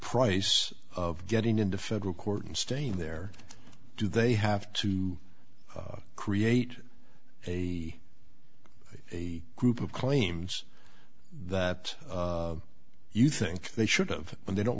price of getting into federal court and staying there do they have to create a a group of claims that you think they should of but they don't